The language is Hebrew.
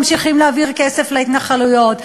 ממשיכים להעביר כסף להתנחלויות,